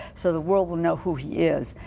so the world will know who he is.